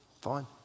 fine